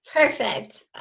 Perfect